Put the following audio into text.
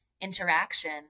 interaction